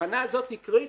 ההבחנה הזאת היא קריטית,